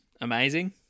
amazing